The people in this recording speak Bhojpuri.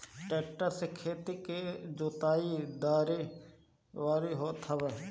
टेक्टर से खेत के जोताई, दवरी होत हवे